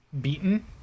beaten